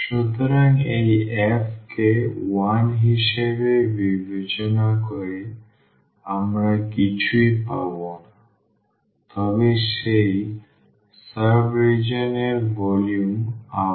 সুতরাং এই f কে 1 হিসাবে বিবেচনা করে আমরা কিছুই পাব না তবে সেই সাব রিজিওন এর ভলিউম আবার